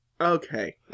okay